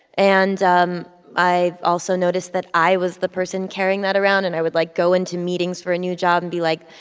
and um i also noticed that i was the person carrying that around. and i would, like, go into meetings for a new job and be like,